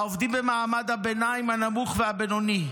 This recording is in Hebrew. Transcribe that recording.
והעובדים במעמד הביניים הנמוך והבינוני.